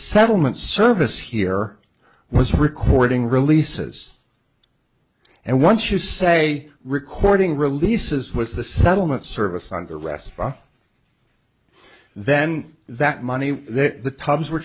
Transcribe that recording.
settlement service here was recording releases and once you say recording releases with the settlement service under respa then that money the pubs were